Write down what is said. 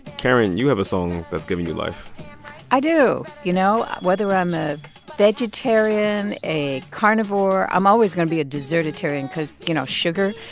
karen, you have a song that's giving you life i do. you know, whether i'm a vegetarian, a carnivore, i'm always going to be a dessert-etarian because, you know, sugar.